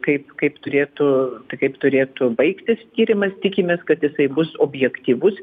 kaip kaip turėtų tai kaip turėtų baigtis tyrimas tikimės kad jisai bus objektyvus